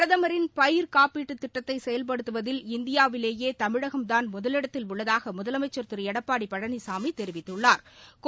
பிரதமின் பயிர்க்காப்பீட்டுத் திட்டத்தை செயல்படுத்துவதில் இந்தியாவிலேயே தமிழகம்தான் முதலிடத்தில் உள்ளதாக முதலமைச்சா திரு எடப்பாடி பழனிசாமி தெரிவித்துள்ளாா்